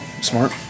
smart